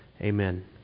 Amen